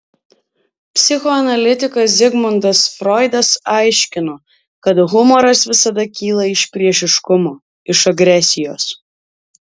psichoanalitikas zigmundas froidas aiškino kad humoras visada kyla iš priešiškumo iš agresijos